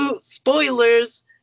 spoilers